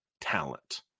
talent